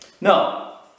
No